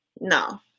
no